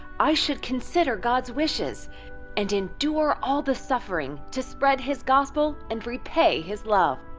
i should consider god's wishes and endure all the suffering to spread his gospel and repay his love.